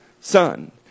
son